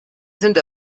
sind